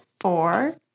four